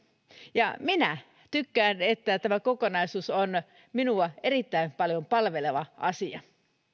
ja minä tykkään että tämä kokonaisuus on minua erittäin paljon palveleva asia